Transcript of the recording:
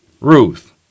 Ruth